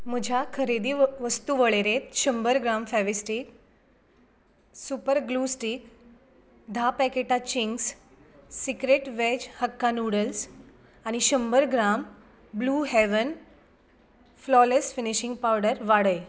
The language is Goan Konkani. म्हज्या खरेदी वस्तू वळेरेंत शंबर gram Fevistik super glue stick धा पॅकेटां Ching's secret veg hakka noodles आनी शंबर gram Blue Heaven flawless finishing पिठो वाडय